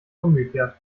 umgekehrt